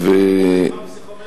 כמו מבחן פסיכומטרי.